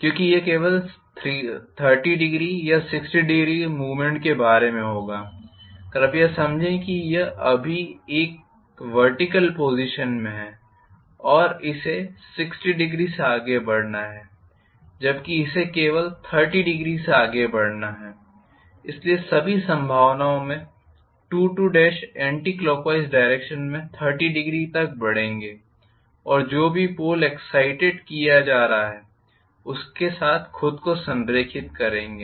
क्योंकि यह केवल 300 या 600 मूवमेंट के बारे में होगा कृपया समझें कि यह अभी एक वर्टिकल पोज़िशन में है और इसे 600 से आगे बढ़ना है जबकि इसे केवल 300से आगे बढ़ना है इसलिए सभी संभावनाओं में 22 एंटीक्लॉकवाइज डाइरेक्षन में 300 तक बढ़ेंगे और जो भी पोल एग्ज़ाइटेड किया जा रहा है उसके साथ खुद को संरेखित करेंगे